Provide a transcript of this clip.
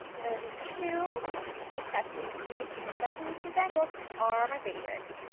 i'm going to do two with sesame seeds, because sesame seed bagels are my favorite.